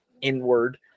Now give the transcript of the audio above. inward